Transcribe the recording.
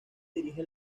dirige